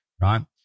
right